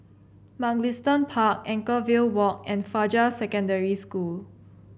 Mugliston Park Anchorvale Walk and Fajar Secondary School